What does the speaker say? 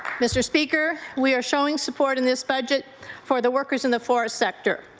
mr. speaker, we are showing support in this budget for the workers in the forest sector,